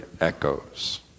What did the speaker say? echoes